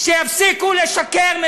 שיפסיקו לשקר,